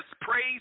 Praise